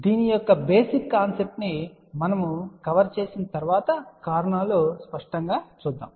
దీని యొక్క basic concept ను మనము కవర్ చేసిన తర్వాత కారణాలు స్పష్టంగా కనిపిస్తాయి